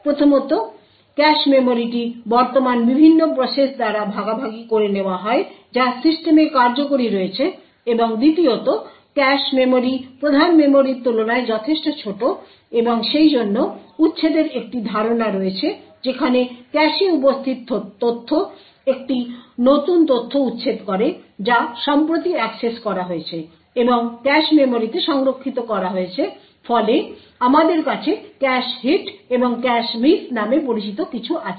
প্রথমত ক্যাশ মেমরিটি বর্তমান বিভিন্ন প্রসেস দ্বারা ভাগাভাগি করে নেওয়া হয় যা সিস্টেমে কার্যকরি রয়েছে এবং দ্বিতীয়ত ক্যাশে মেমরি প্রধান মেমরির তুলনায় যথেষ্ট ছোট এবং সেইজন্য উচ্ছেদের একটি ধারণা রয়েছে যেখানে ক্যাশে উপস্থিত তথ্য একটি নতুন তথ্য উচ্ছেদ করে যা সম্প্রতি অ্যাক্সেস করা হয়েছে এবং ক্যাশে মেমরিতে সংরক্ষিত হযয়েছে ফলে আমাদের কাছে ক্যাশে হিট এবং ক্যাশে মিস নামে পরিচিত কিছু আছে